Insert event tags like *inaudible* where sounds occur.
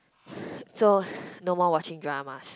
*breath* so no more watching dramas